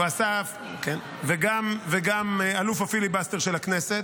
וגם אלוף הפיליבסטר של הכנסת.